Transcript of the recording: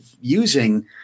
using –